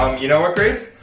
um you know what, grace?